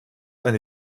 eine